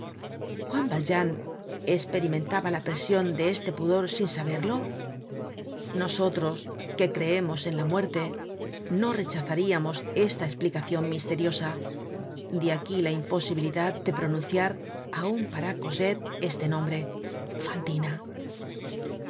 juan valjean esperimentaba la presion de este pudor sin saberlo nosotros que creemos en la muerte no rechazaríamos esta esplicacion misteriosa de aquí la imposibilidad de pronunciar aun para cosette este nombre